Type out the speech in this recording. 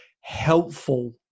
helpful